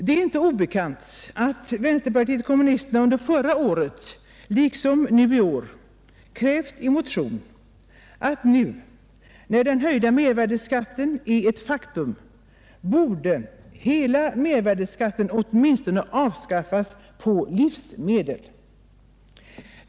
Det är inte obekant att vänsterpartiet kommunisterna under förra året liksom nu i år i en motion krävt att nu när den höjda mervärdeskatten är ett faktum borde den åtminstone avskaffas på livsmedel.